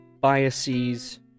biases